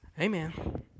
Amen